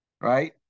right